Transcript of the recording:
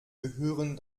gehören